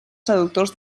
traductors